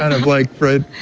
and of like fred.